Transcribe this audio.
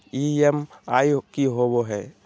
EMI की होवे है?